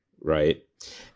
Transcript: right